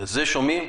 בזה שומעים?